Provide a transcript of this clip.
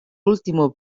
último